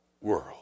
world